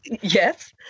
yes